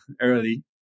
early